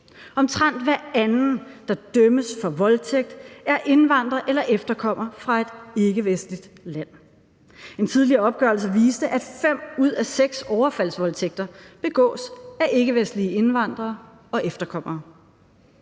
Omtrent hver anden, der dømmes for voldtægt, er indvandrer eller efterkommer fra et ikkevestligt land. En tidligere opgørelse viste, at fem ud af seks overfaldsvoldtægter begås af ikkevestlige indvandrere og efterkommere.